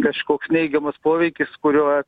kažkoks neigiamas poveikis kurio